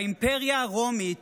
באימפריה הרומית